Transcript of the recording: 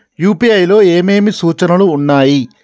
UPI లో ఏమేమి సూచనలు ఉన్నాయి?